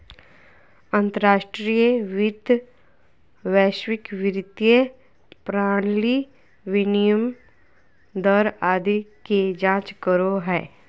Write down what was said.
अंतर्राष्ट्रीय वित्त वैश्विक वित्तीय प्रणाली, विनिमय दर आदि के जांच करो हय